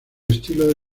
estilo